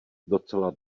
docela